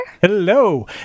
Hello